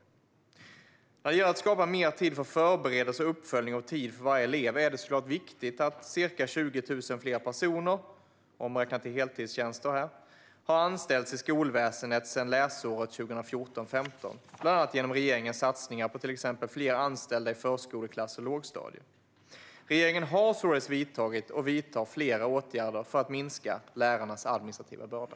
När det gäller att skapa mer tid för förberedelser, uppföljning och varje elev är det såklart viktigt att ca 20 000 fler personer, omräknat i heltidstjänster, har anställts i skolväsendet sedan läsåret 2014/15, bland annat genom regeringens satsningar på till exempel fler anställda i förskoleklass och lågstadiet. Regeringen har således vidtagit och vidtar flera åtgärder för att minska lärarnas administrativa börda.